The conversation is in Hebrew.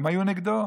הם היו נגדו.